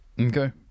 Okay